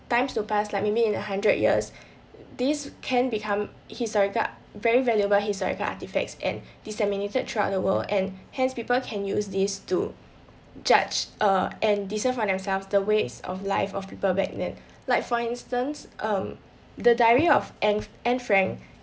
times to pass like maybe in a hundred years these can become historical very valuable historical artefacts and disseminated throughout the world and hence people can use these to judge err and discern for themselves the ways of life of people back then like for instance um the diary of anne anne frank